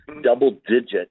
double-digit